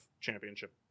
championship